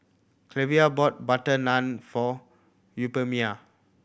Cleva bought butter naan for Euphemia